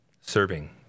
Serving